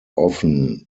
often